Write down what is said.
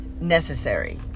necessary